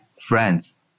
friends